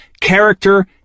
character